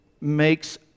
makes